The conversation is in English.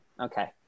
Okay